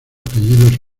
apellido